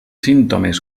símptomes